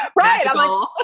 Right